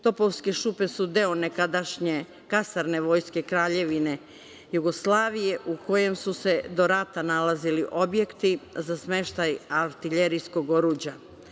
Topovske šupe“ su deo nekadašnje kasarne Vojske Kraljevine Jugoslavije u kojima su se do rata nalazili objekti za smeštaj artiljerijskog oruđa.